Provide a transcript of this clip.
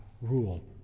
rule